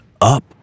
up